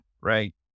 right